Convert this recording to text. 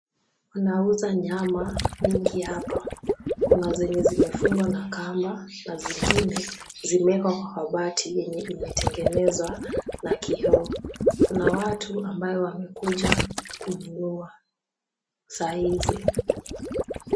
Wanauza nyama mingi hapa. Kuna zenye zimefungwa na kamba na zingine zimewekwa kwa kabati yenye imetengenezwa na kioo. Kuna watu ambao wamekuja kununua saa hizi.